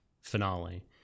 finale